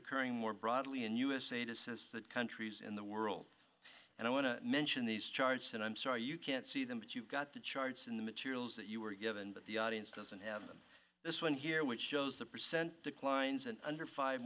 occurring more broadly and usaid is says that countries in the world and i want to mention these charts and i'm sorry you can't see them but you've got the charts in the materials that you were given but the audience doesn't have them this one here which shows the percent declines and under five